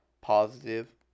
positive